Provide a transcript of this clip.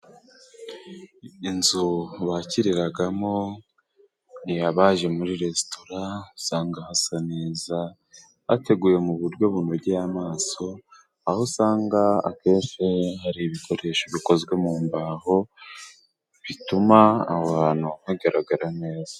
Inzu bakiriragamo abaje muri resitora, usanga hasa neza, hateguye mu buryo bunogeye amaso, aho usanga akenshi hari ibikoresho bikozwe mu mbaho bituma aho hantu hagaragara neza.